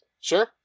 Sure